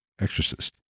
exorcist